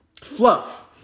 fluff